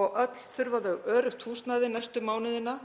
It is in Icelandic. og öll þurfa þau öruggt húsnæði næstu mánuðina.